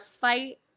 fight